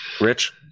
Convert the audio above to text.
Rich